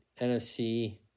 NFC